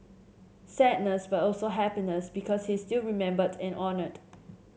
sadness but also happiness because he is still remembered and honoured